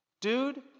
Dude